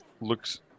looks